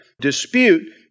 dispute